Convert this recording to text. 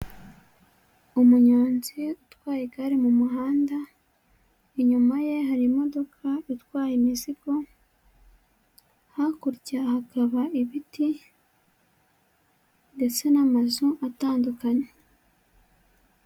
Umunyonzi utwaye igare mu muhanda, inyuma ye hari imodoka itwaye imizigo, hakurya hakaba ibiti ndetse n'amazu atandukanye.